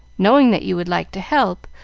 knowing that you would like to help,